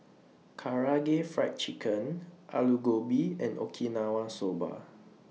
Karaage Fried Chicken Alu Gobi and Okinawa Soba